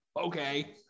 okay